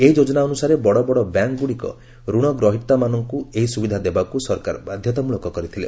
ଏହି ଯୋଜନା ଅନୁସାରେ ବଡ଼ବଡ଼ ବ୍ୟାଙ୍କଗ୍ରଡ଼ିକ ଋଣ ଗ୍ରହୀତାମାନଙ୍କ ଏହି ସ୍ବବିଧା ଦେବାକୁ ସରକାର ବାଧ୍ୟତାମୂଳକ କରିଥିଲେ